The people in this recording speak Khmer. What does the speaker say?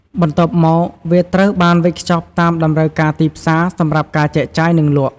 បន្ទាប់មកវាត្រូវបានវេចខ្ចប់តាមតម្រូវការទីផ្សារសម្រាប់ការចែកចាយ និងលក់។